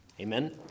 Amen